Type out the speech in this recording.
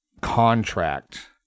contract